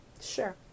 Sure